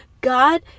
God